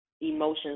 emotions